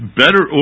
better